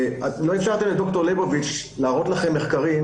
לא אפשרת לדוקטור ליבוביץ להראות לכם מחקרים